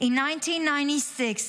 In 1996,